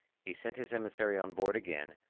he sent his emissary on board again,